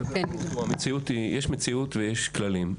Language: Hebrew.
יש מציאות ויש כללים.